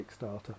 Kickstarter